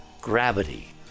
gravity